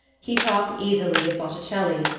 he talked easily of botticelli,